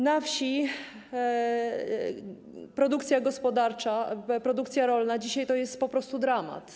Na wsi produkcja gospodarcza, produkcja rolna to dzisiaj jest po prostu dramat.